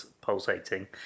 pulsating